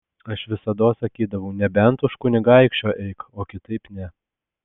aš visados sakydavau nebent už kunigaikščio eik o kitaip ne